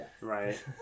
Right